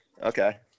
Okay